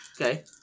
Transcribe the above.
Okay